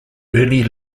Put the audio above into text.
early